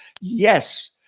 Yes